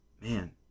Man